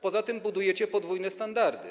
Poza tym budujecie podwójne standardy.